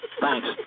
Thanks